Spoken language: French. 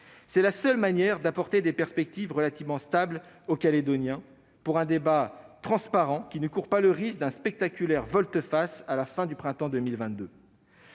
C'est la seule manière d'apporter des perspectives relativement stables aux Calédoniens, pour un débat transparent qui ne courre par le risque d'une spectaculaire volte-face à la fin du printemps 2022.